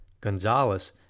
Gonzalez